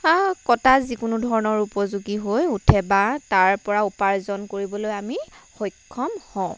বা কটা যিকোনো ধৰণৰ উপযোগী হৈ উঠে বা তাৰ পৰা উপাৰ্জন কৰিবলৈ আমি সক্ষম হওঁ